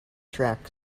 track